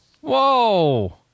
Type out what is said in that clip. Whoa